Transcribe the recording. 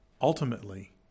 Ultimately